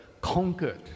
conquered